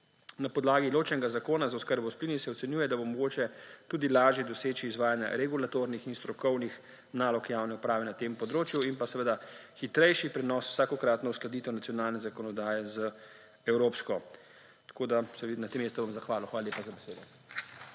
Na podlagi ločenega zakona za oskrbo s plini se ocenjuje, da bo mogoče tudi lažje doseči izvajanje regulatornih in strokovnih nalog javne uprave na tem področju in hitrejši prenos, vsakokratno uskladitev nacionalne zakonodaje z evropsko. Na tem mestu bi se zahvalil. Hvala lepa za besedo.